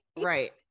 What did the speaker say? right